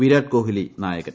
വിരാട് കോഹ്ലി നായകൻ